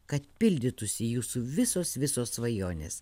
kad pildytųsi jūsų visos visos svajonės